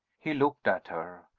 he looked at her.